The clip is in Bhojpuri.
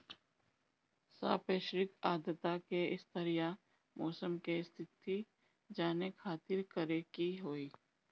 सापेक्षिक आद्रता के स्तर या मौसम के स्थिति जाने खातिर करे के होई?